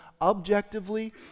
objectively